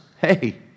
hey